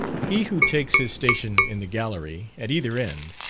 he who takes his station in the gallery, at either end,